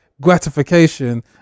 gratification